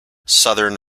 southern